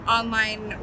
online